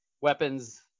weapons